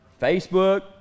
Facebook